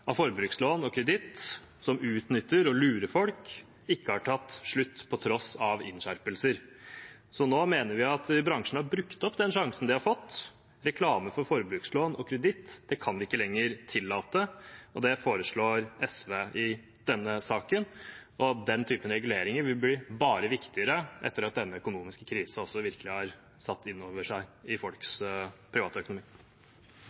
av forbrukslån og kreditt som utnytter og lurer folk, ikke har tatt slutt på tross av innskjerpelser, så nå mener vi at bransjen har brukt opp den sjansen de har fått. Reklame for forbrukslån og kreditt kan vi ikke lenger tillate, og det foreslår SV i denne saken. Den typen reguleringer vil bare bli viktigere etter at denne økonomiske krisen virkelig har satt seg i folks privatøkonomi. Forbrukermessig står vi i